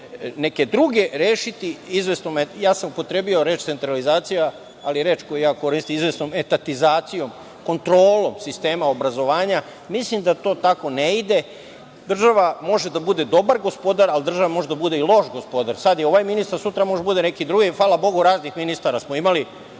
neke druge probleme rešiti izvesnom, ja sam upotrebio reč centralizacija, ali reč koju ja koristim – izvesnom etatizacijom, kontrolom sistema obrazovanja. Mislim da to tako ne ide. Država može da bude dobar gospodar, ali država može da bude i loš gospodar. Sada je ovaj ministar, a sutra može da bude neki drugi. Hvala Bogu, raznih ministara smo imali.